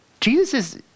Jesus